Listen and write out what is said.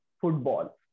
football